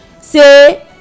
Say